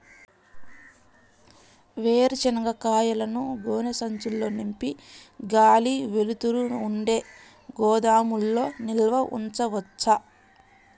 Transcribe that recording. వేరుశనగ కాయలను గోనె సంచుల్లో నింపి గాలి, వెలుతురు ఉండే గోదాముల్లో నిల్వ ఉంచవచ్చా?